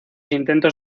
intentos